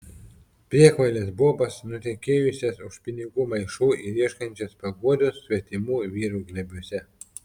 priekvailes bobas nutekėjusias už pinigų maišų ir ieškančias paguodos svetimų vyrų glėbiuose